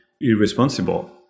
irresponsible